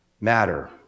matter